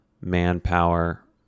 manpower